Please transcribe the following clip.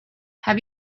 have